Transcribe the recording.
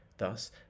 Thus